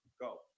go